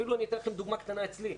אני אפילו אתן לכם דוגמה קטנה אצלי.